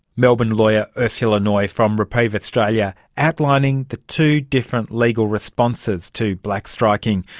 melbourne lawyer ursula noye from reprieve australia, outlining the two different legal responses to blackstriking,